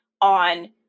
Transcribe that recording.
on